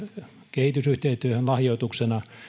kehitysyhteistyöhön lahjoituksena